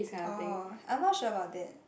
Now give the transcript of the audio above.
oh I not sure about that